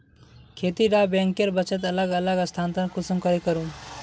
खेती डा बैंकेर बचत अलग अलग स्थानंतरण कुंसम करे करूम?